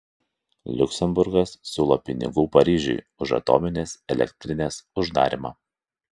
liuksemburgas siūlo pinigų paryžiui už atominės elektrinės uždarymą